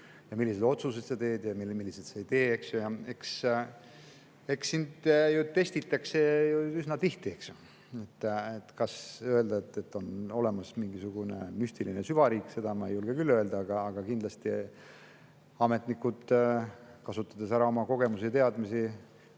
milliseid otsuseid sa teed ja milliseid sa ei tee. Eks sind ju testitakse üsna tihti. Kas on olemas mingisugune müstiline süvariik, seda ma ei julge küll öelda, aga kindlasti ametnikud, kasutades ära oma kogemusi ja teadmisi,